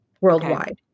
worldwide